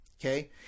okay